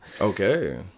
okay